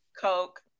Coke